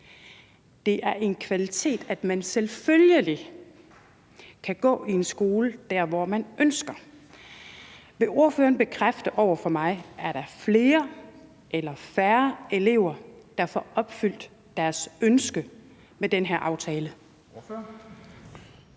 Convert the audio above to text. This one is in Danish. Det er en kvalitet, at man selvfølgelig kan gå i en skole der, hvor man ønsker. Vil ordføreren bekræfte over for mig, om der er flere eller færre elever, der får opfyldt deres ønske med den her aftale?